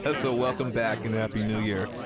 and so welcome back and happy new year.